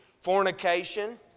fornication